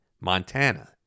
Montana